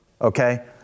Okay